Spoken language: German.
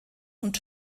und